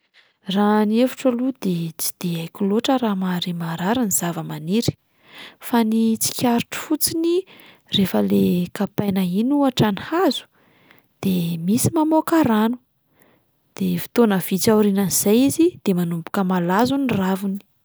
Raha ny hevitro aloha de tsy de haiko loatra raha mahare maharary ny zava-maniry, fa ny tsikaritro fotsiny rehefa le kapaina iny ohatra ny hazo de misy mamoaka rano, de fotoana vitsy aorianan'izay izy de manomboka malazo ny raviny.